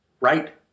right